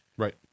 Right